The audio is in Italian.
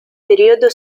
periodo